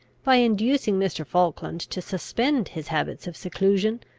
by inducing mr. falkland to suspend his habits of seclusion,